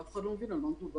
ואף אחד לא מבין על מה מדובר.